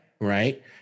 right